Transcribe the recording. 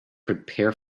prepare